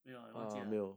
没有啊你忘记啊